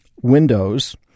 windows